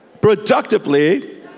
productively